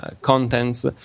contents